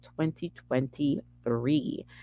2023